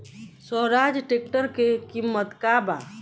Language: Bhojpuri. स्वराज ट्रेक्टर के किमत का बा?